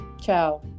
ciao